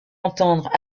entendre